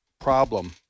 problem